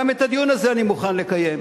גם את הדיון הזה אני מוכן לקיים.